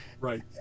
Right